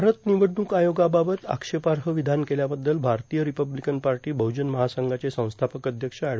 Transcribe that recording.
भारत निवडणूक आयोगाबाबत आक्षेपाह विधान केल्याबद्दल भारतीय रिपब्लिकन पार्टा बहजन महासंघाचे संस्थापक अध्यक्ष अॅड